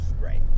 Right